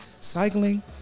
cycling